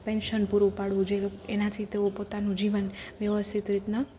pension પૂરું પાડવું જે એનાથી તેઓ પોતાનું જીવન વ્યવસ્થિત રીતના